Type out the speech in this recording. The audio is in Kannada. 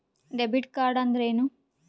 ಡೆಬಿಟ್ ಕಾರ್ಡ್ಅಂದರೇನು?